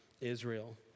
Israel